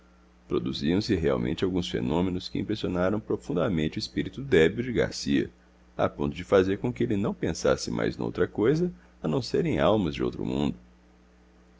produziam se realmente alguns fenômenos que impressionaram profundamente o espírito débil de garcia a ponto de fazer com que ele não pensasse mais noutra coisa a não ser em almas de outro mundo